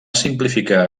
simplificar